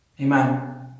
Amen